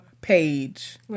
page